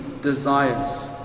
desires